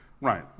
right